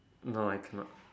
no I cannot